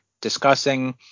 discussing